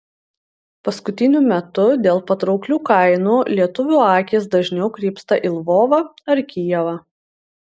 paskutiniu metu dėl patrauklių kainų lietuvių akys dažniau krypsta į lvovą ar kijevą